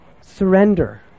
surrender